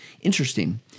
interesting